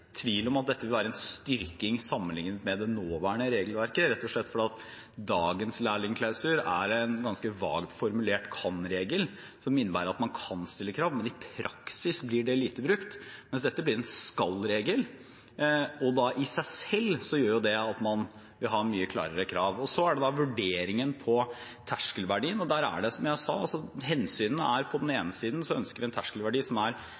slett fordi dagens lærlingsklausul er en ganske vagt formulert kan-regel, som innebærer at man kan stille krav, men i praksis blir det lite brukt, mens dette blir en skal-regel. Og det gjør jo, i seg selv, at man vil ha mye klarere krav. Og så er det vurderingen av terskelverdien. Der er hensynene, som jeg sa, at på den ene siden ønsker vi en terskelverdi som er